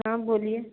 हाँ बोलिए